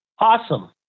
Awesome